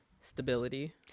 stability